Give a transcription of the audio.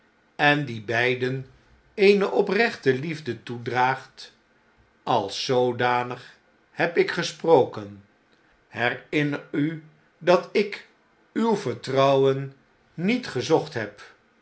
en diebeiden eene oprechte liefde toedraagt als zoodanig heb ik gesproken herinner u dat ik uw vertrouwen niet gezocht heb